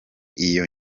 iyo